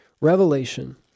Revelation